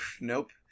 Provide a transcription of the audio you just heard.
Nope